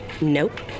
nope